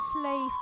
Slave